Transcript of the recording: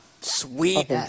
Sweet